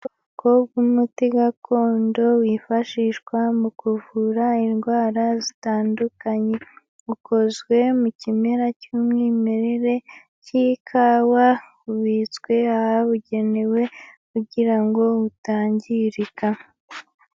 Ubwoko w'umuti gakondo wifashishwa mu kuvura indwara zitandukanye. Ukozwe mu kimera cy'umwimerere k'ikawa, ubitswe ahabugenewe kugira ngo utangirika.